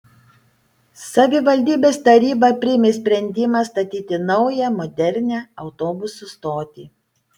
savivaldybės taryba priėmė sprendimą statyti naują modernią autobusų stotį